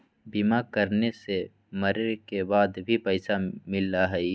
बीमा कराने से मरे के बाद भी पईसा मिलहई?